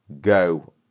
go